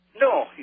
No